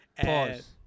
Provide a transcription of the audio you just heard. Pause